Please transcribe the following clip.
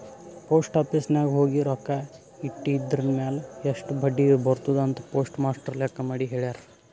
post office ನಾಗ್ ಹೋಗಿ ರೊಕ್ಕಾ ಇಟ್ಟಿದಿರ್ಮ್ಯಾಲ್ ಎಸ್ಟ್ ಬಡ್ಡಿ ಬರ್ತುದ್ ಅಂತ್ ಪೋಸ್ಟ್ ಮಾಸ್ಟರ್ ಲೆಕ್ಕ ಮಾಡಿ ಹೆಳ್ಯಾರ್